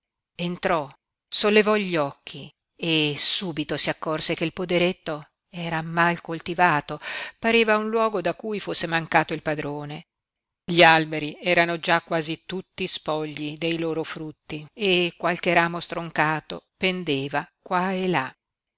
entrò sollevò gli occhi e subito si accorse che il poderetto era mal coltivato pareva un luogo da cui fosse mancato il padrone gli alberi erano già quasi tutti spogli dei loro frutti e qualche ramo stroncato pendeva qua e là